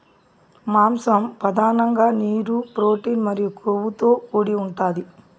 మాంసం పధానంగా నీరు, ప్రోటీన్ మరియు కొవ్వుతో కూడి ఉంటాది